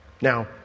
Now